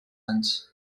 anys